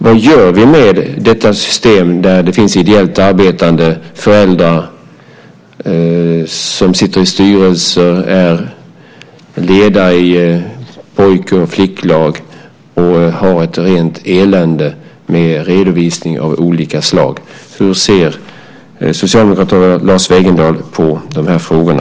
Vad gör vi med ett system där det finns ideellt arbetande föräldrar som sitter med i styrelser och är ledare i pojk och flicklag men som har ett rent elände med redovisningar av olika slag? Hur ser Socialdemokraterna och Lars Wegendal på de frågorna?